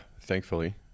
thankfully